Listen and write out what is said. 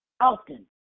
Often